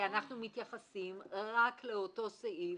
ואנחנו מתייחסים רק לאותו סעיף